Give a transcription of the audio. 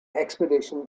expedition